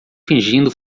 fingindo